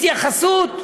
התייחסות מבחילה,